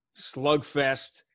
slugfest